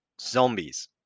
zombies